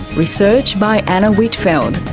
research by anna whitfeld.